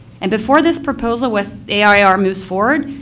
and before this proposal with air moves forward,